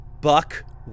buck